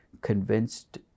convinced